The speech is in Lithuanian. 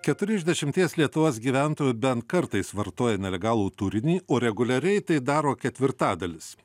keturi iš dešimties lietuvos gyventojų bent kartais vartoja nelegalų turinį o reguliariai tai daro ketvirtadalis